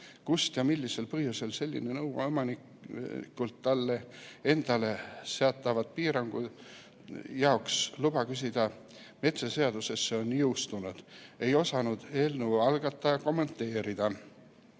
Kust ja millisel põhjusel selline nõue omanikult talle endale seatavate piirangute jaoks luba küsida metsaseaduses on jõustunud, ei osanud eelnõu algataja kommenteerida.